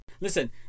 Listen